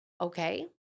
okay